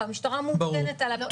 והמשטרה מעודכנת עליו.